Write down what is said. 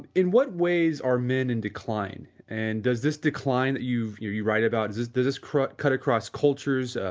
in in what ways are men in decline, and does this decline that you you write about does this does this cut cut across cultures,